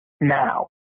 now